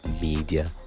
media